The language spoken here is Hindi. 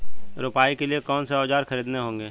रोपाई के लिए कौन से औज़ार खरीदने होंगे?